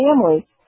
family